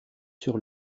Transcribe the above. sur